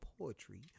poetry